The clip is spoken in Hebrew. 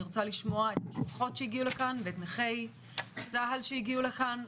אני רוצה לשמוע את המשפחות שהגיעו לכאן ואת נכי צה"ל שהגיעו לכאן,